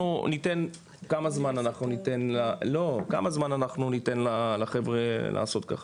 כמה זמן אנחנו ניתן לחבר'ה לעשות את זה?